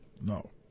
No